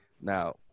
Now